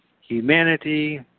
humanity